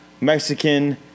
Mexican